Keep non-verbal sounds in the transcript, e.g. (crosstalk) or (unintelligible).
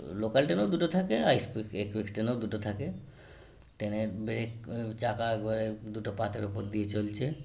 local ট্রেনেও দুটো থাকে আর (unintelligible) ট্রেনেও দুটো থাকে ট্রেনের ব্রেক চাকা ঘোরে দুটো পাতের ওপর দিয়ে চলছে